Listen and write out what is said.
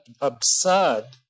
absurd